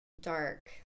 dark